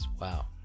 wow